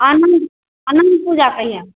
अनन्त अनन्त पूजा कहिया होइ